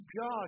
God